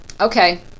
Okay